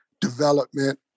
development